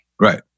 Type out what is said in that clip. Right